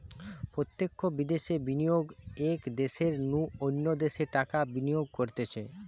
প্রত্যক্ষ বিদ্যাশে বিনিয়োগ এক দ্যাশের নু অন্য দ্যাশে টাকা বিনিয়োগ করতিছে